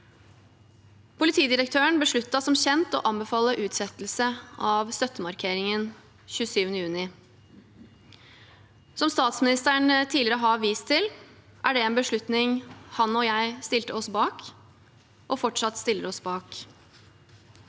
Politidirektøren besluttet som kjent å anbefale utsettelse av støttemarkeringen 27. juni. Som statsministeren tidligere har vist til, er det en beslutning han og jeg stilte oss bak – og fortsatt stiller oss bak.